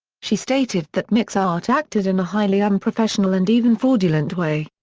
she stated that mix art acted in a highly unprofessional and even fraudulent way.